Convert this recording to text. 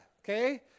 Okay